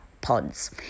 pods